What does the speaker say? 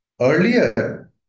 Earlier